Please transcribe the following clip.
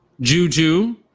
Juju